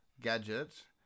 Gadget